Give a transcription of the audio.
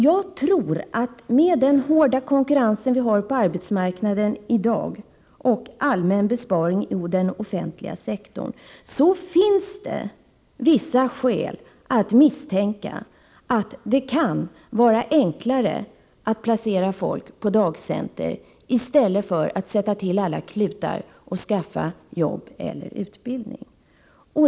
Jag tror att med den hårda konkurrens som råder på arbetsmarknaden i dag och allmän besparing i den offentliga sektorn finns det vissa skäl att misstänka att det kan vara enklare att placera folk på dagcenter än att sätta till alla klutar för att skaffa fram jobb eller utbildning.